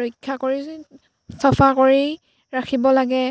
ৰক্ষা কৰি চাফা কৰি ৰাখিব লাগে